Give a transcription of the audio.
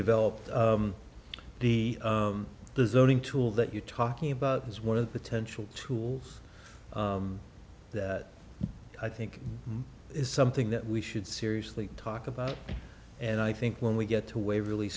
redeveloped be the zoning tool that you're talking about is one of the potential tools that i think is something that we should seriously talk about and i think when we get to waverley